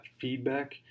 feedback